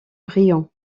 brillants